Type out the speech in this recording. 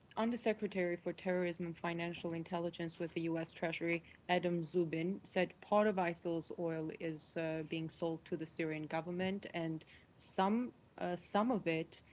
under secretary for terrorism and financial intelligence with the u s. treasury adam szubin said part of isil's oil is being sold to the syrian government and some some of it,